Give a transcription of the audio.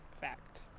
Fact